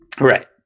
Right